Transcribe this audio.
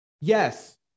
yes